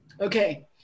Okay